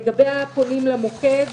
לגבי הפונים למוקד